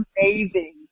amazing